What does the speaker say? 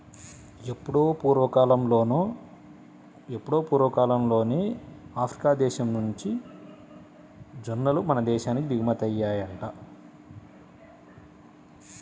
ఎప్పుడో పూర్వకాలంలోనే ఆఫ్రికా దేశం నుంచి జొన్నలు మన దేశానికి దిగుమతయ్యి వచ్చాయంట